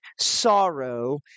sorrow